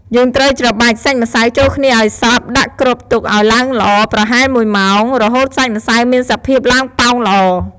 យើងត្រូវច្របាច់សាច់ម្សៅចូលគ្នាឱ្យសព្វ ដាក់គ្របទុកឱ្យឡើងល្អប្រហែលមួយម៉ោង រហូតសាច់ម្សៅមានសភាពឡើងប៉ោងល្អ។